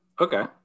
Okay